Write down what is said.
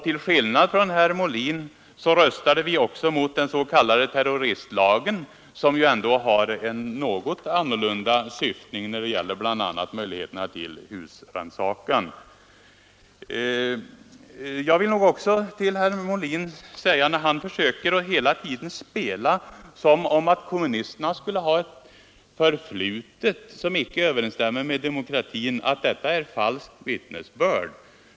Till skillnad mot herr Molin röstade vi också mot den s.k. terroristlagen, som ju ändå har en något annan syftning bl.a. när det gäller möjligheterna till husrannsakan. Jag vill också säga till herr Molin, som hela tiden försöker ge intrycket att kommunisterna skulle ha ett förflutet som icke överensstämmer med demokratin, att detta är falskt vittnesbörd.